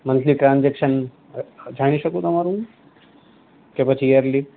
monthly transaction જાણી શકું તમારું કે પછી યરલી